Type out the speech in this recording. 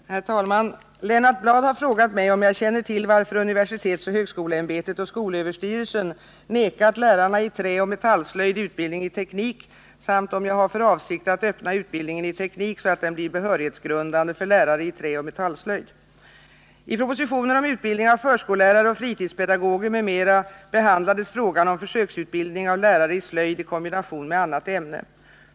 78, och anförde: Herr talman! Lennart Bladh har frågat mig om jag känner till varför universitetsoch högskoleämbetet och skolöverstyrelsen nekat lärarna i träoch metallslöjd utbildning i teknik, samt om jag har för avsikt att öppna utbildningen i teknik så att den blir behörighetsgrundande för lärare i träoch metallslöjd. 141 I propositionen om utbildning av förskollärare och fritidspedagoger m.m. behandlades frågan om försöksutbildning av lärare i slöjd i kombination med annat ämne.